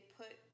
put